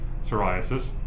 psoriasis